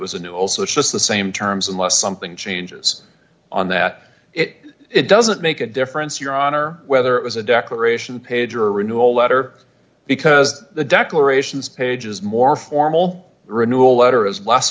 was a new also just the same terms unless something changes on that it doesn't make a difference your honor whether it was a declaration page or renewal letter because the declarations page is more formal renewal